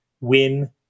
win